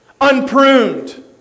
unpruned